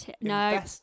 No